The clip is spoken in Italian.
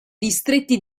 distretti